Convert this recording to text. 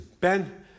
Ben